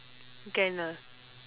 can lah